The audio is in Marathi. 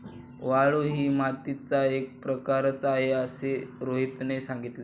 वाळू ही मातीचा एक प्रकारच आहे असे रोहितने सांगितले